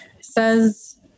says